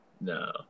No